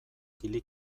kili